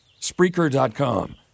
Spreaker.com